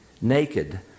naked